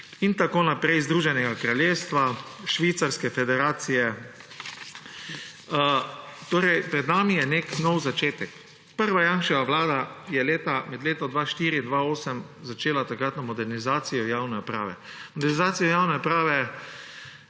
in tako naprej, Združenega kraljestva, Švicarske federacije. Torej pred nami je nek nov začetek. Prva Janševa vlada je med leti 2004–2008 začela takratno modernizacijo javne uprave. Modernizacijo javne uprave